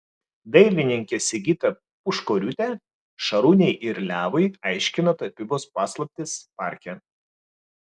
dailininkė sigita puškoriūtė šarūnei ir levui aiškina tapybos paslaptis parke